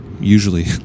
usually